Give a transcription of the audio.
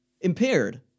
Impaired